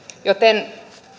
joten